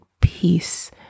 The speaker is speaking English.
peace